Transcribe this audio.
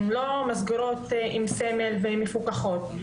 הן לא מסגרות עם סמל ומפוקחות.